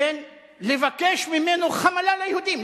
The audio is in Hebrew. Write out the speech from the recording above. לבקש ממנו חמלה ליהודים.